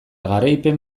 garaipen